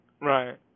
Right